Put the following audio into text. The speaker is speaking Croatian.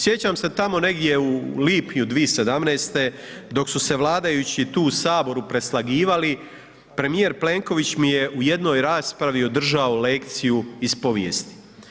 Sjećam se tamo negdje u lipnju 2017. dok su se vladajući tu u saboru preslagivali premijer Plenković mi je u jednoj raspravi održao lekciju iz povijesti.